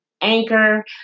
Anchor